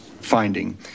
finding